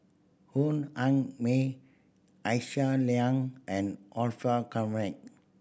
Hoon An May Aisyah Lyana and Orfeur Convent